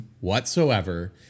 whatsoever